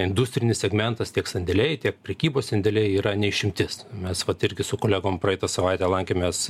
industrinis segmentas tiek sandėliai tiek prekybos sandėliai yra ne išimtis mes vat irgi su kolegom praeitą savaitę lankėmės